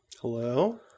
Hello